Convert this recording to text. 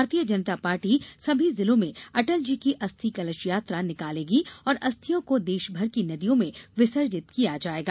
भारतीय जनता पार्टी सभी जिलों में अटल जी की अस्थि कलश यात्रा निकालेगी और अस्थियों को देशभर की नदियों में विसर्जित किया जायेगा